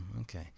Okay